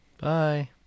bye